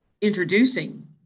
introducing